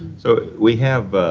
so, we have